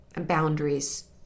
boundaries